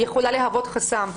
היא יכולה להוות חסם.